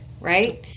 right